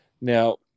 Now